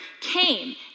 came